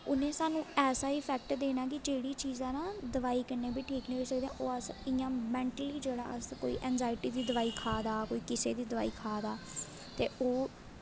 उ'नें साह्नूं ऐसा अफैक्ट देना ना जेह्ड़ी 'यां मैंटली असें कोई अंग्जाईटी दी दोआई खा दा कोई किसै दी दोआई खा दा ते ओह्